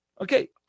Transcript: Okay